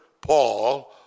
Paul